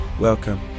Welcome